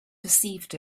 perceived